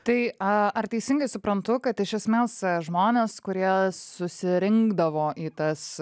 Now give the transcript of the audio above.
tai a teisingai suprantu kad iš esmės žmonės kurie susirinkdavo į tas